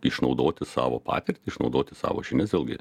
išnaudoti savo patirtį išnaudoti savo žinias vėlgi